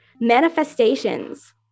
Manifestations